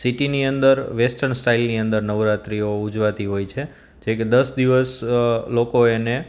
સીટીની અંદર વેસ્ટર્ન સ્ટાઇલની અંદર નવરાત્રીઓ ઉજવાતી હોય છેક દસ દિવસ લોકો એને